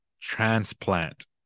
transplant